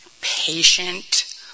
patient